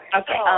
okay